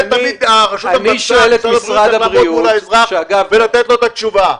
הרשות המבצעת צריכה לעמוד מול האזרח ולתת לו תשובה.